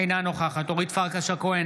אינה נוכחת אורית פרקש הכהן,